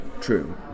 true